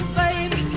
baby